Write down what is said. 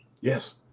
yes